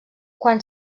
quan